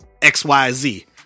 XYZ